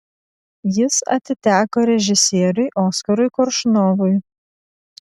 jis atiteko režisieriui oskarui koršunovui